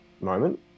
moment